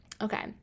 Okay